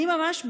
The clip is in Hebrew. אני ממש בעד,